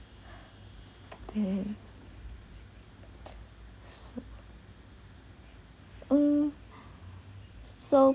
okay mm so